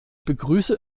begrüße